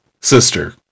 sister